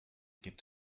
gibt